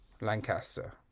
Lancaster